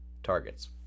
targets